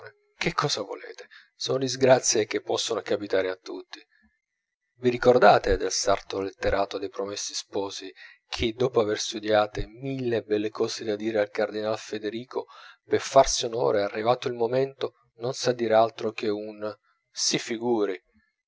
che cosa volete sono disgrazie che possono capitare a tutti vi ricordate del sarto letterato dei promessi sposi che dopo aver studiate mille belle cose da dire al cardinal federigo per farsi onore arrivato il momento non sa dir altro che un si figuri